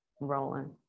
rolling